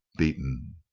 beaten.